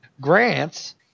Grants